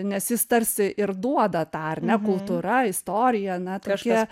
nes jis tarsi ir duoda tą ar ne kultūra istorija na tokie